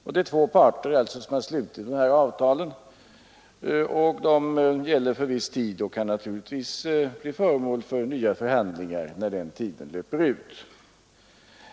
Det är två parter som har slutit dessa avtal som gäller för viss tid och naturligtvis blir föremål för nya förhandlingar när den tiden löper ut.